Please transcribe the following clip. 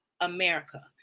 America